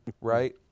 right